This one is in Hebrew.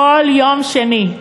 כל יום שני.